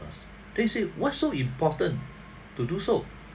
this it why so important to do so